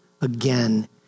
again